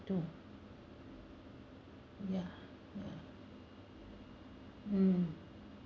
to ya ya um